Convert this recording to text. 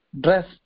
dress